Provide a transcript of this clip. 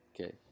Okay